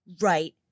Right